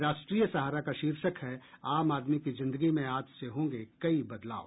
राष्ट्रीय सहारा का शीर्षक है आम आदमी की जिंदगी में आज से होंगे कई बदलाव